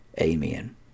Amen